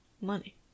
Money